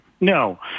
No